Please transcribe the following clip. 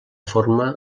forma